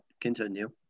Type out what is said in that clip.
continue